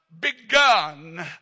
begun